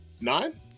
nine